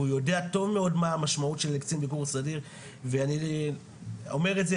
והוא יודע טוב מאוד מה המשמעות של קצין ביקור סדיר ואני אומר את זה,